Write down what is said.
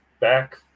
back